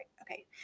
Okay